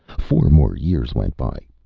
four more years went by.